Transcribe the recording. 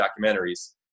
documentaries